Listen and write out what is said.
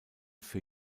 für